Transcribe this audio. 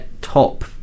top